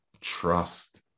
trust